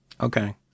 Okay